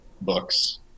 books